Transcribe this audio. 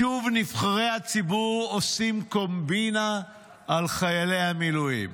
שוב נבחרי הציבור עושים קומבינה על חיילי המילואים'.